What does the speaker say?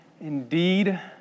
indeed